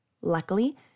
Luckily